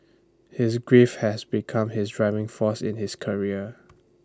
his grief had become his driving force in his career